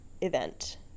event